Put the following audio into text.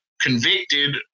convicted